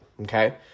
Okay